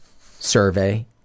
survey